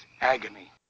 agony